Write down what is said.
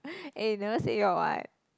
eh never say your one